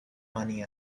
money